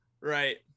right